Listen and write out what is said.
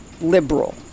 liberal